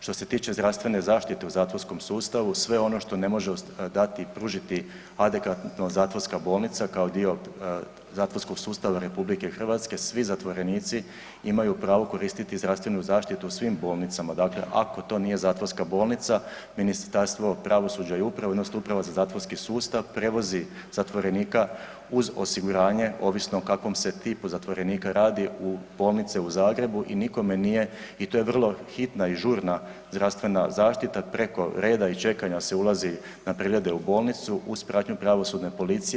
Što se tiče zdravstvene zaštite u zatvorskom sustavu, sve ono što ne može dati i pružiti adekvatno Zatvorska bolnica kao dio zatvorskog sustava RH svi zatvorenici imaju pravo koristiti zdravstvenu zaštitu u svim bolnicama dakle ako to nije Zatvorska bolnica Ministarstvo pravosuđa i uprave odnosno Uprava za zatvorski sustav prevozi zatvorenika uz osiguranje ovisno o kakvom se tipu zatvorenika radi u bolnice u Zagrebu i nikome nije i to je vrlo hitna i žurna zdravstvena zaštita, preko reda i čekanja se ulazi na preglede u bolnicu uz pratnju pravosudne policije.